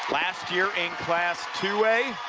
last year in class two a,